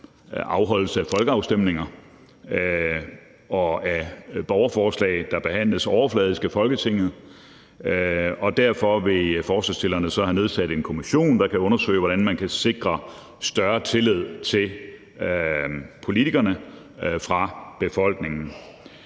afholdelse af folkeafstemninger og borgerforslag, der behandles overfladisk af Folketinget. Derfor vil forslagsstillerne så have nedsat en kommission, der kan undersøge, hvordan man kan sikre større tillid til politikerne fra befolkningen.